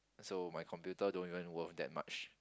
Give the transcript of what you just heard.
so my computer don't even work that much